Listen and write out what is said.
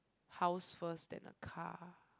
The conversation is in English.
house first then a car